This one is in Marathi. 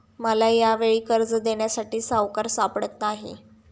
मला यावेळी कर्ज देण्यासाठी सावकार सापडत नाही